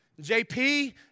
JP